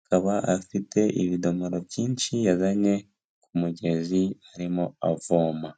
Akaba afite ibidomoro byinshi yazanye ku mugezi arimo avoma.